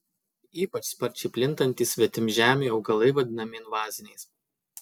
ypač sparčiai plintantys svetimžemiai augalai vadinami invaziniais